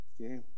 Okay